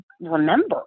remember